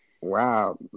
Wow